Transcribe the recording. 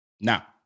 Now